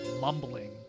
mumbling